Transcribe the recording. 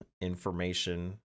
information